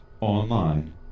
online